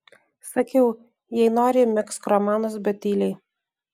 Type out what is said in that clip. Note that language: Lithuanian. sakiau jei nori megzk romanus bet tyliai